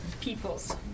peoples